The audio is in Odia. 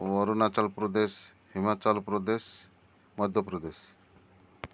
ଅରୁଣାଚଳ ପ୍ରଦେଶ ହିମାଚଳ ପ୍ରଦେଶ ମଧ୍ୟପ୍ରଦେଶ